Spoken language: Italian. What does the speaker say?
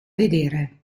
vedere